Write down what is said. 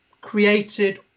created